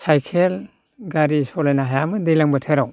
cycle गारि सालायनो हायामोन दैज्लां बोथोराव